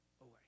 away